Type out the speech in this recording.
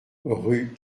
rue